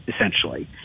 essentially